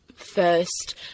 first